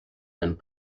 and